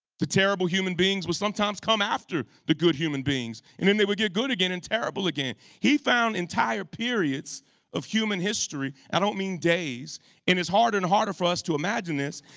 the terrible human beings would sometimes come after the good human beings. and then they would get good again and terrible again. he found entire periods of human history, i don't mean days and it's harder and harder for us to imagine this,